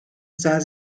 sah